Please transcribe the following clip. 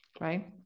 right